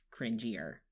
cringier